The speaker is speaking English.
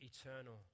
eternal